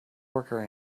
worker